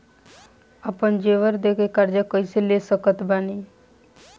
आपन जेवर दे के कर्जा कइसे ले सकत बानी?